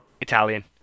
Italian